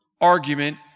argument